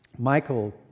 Michael